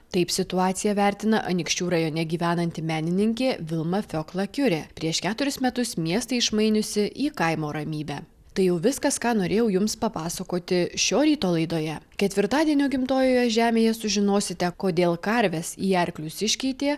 taip situaciją vertina anykščių rajone gyvenanti menininkė vilma fiokla kiure prieš keturis metus miestą išmainiusi į kaimo ramybę tai jau viskas ką norėjau jums papasakoti šio ryto laidoje ketvirtadienio gimtojoje žemėje sužinosite kodėl karves į arklius iškeitė